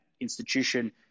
institution